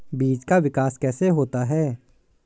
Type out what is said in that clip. बीज का विकास कैसे होता है?